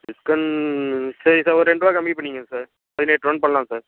discount சரிங்க sir ஒரு ரெண்டு ரூபா கம்மி பண்ணிகிங்க சார் பதினெட்டு ரூபான்னு பண்ணலாம் சார்